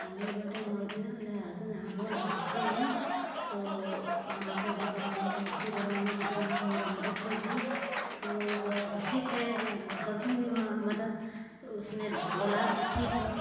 नौमी बोलते हैं नौ दिन नवरातन हम लोग भुकते हैं तो माताजी का मूर्ति बनाने के लिए मेरा मदद कीजिए तो ओ बोला कि ठीक है मैं कर दूँगी मदद तो उसने बोला कि ठीक है